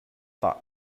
thought